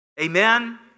Amen